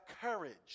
courage